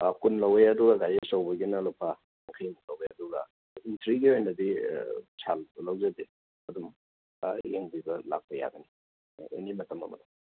ꯀꯨꯟ ꯂꯧꯋꯤ ꯑꯗꯨꯒ ꯒꯥꯔꯤ ꯑꯆꯧꯕꯒꯤꯅ ꯂꯨꯄꯥ ꯌꯥꯡꯈꯩ ꯃꯨꯛ ꯂꯧꯋꯦ ꯑꯗꯨꯒ ꯏꯟꯇ꯭ꯔꯤꯒꯤ ꯑꯣꯏꯅꯗꯤ ꯄꯩꯁꯥ ꯂꯧꯖꯗꯦ ꯑꯗꯨꯝ ꯂꯥꯛꯑꯒ ꯌꯦꯡꯕꯤꯕ ꯂꯥꯛꯄ ꯌꯥꯒꯅꯤ ꯑꯦꯅꯤ ꯃꯇꯝ ꯑꯃꯗ